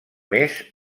més